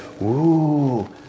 woo